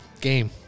game